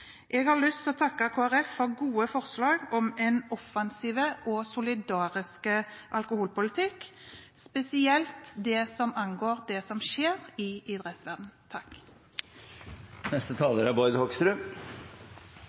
Jeg har lyst til å takke Kristelig Folkeparti for gode forslag om en offensiv og solidarisk alkoholpolitikk, spesielt det som angår